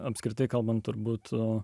apskritai kalbant turbūt to